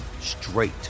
straight